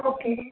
okay